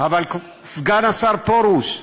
סגן השר פרוש,